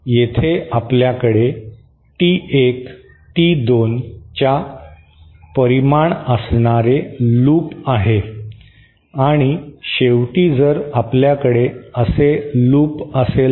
येथे आपल्याकडे T 1 T 2 च्या परिमाण असणारे लूप आहे आणि शेवटी जर आपल्याकडे असे लूप असेल तर